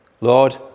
Lord